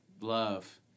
love